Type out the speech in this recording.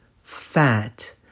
fat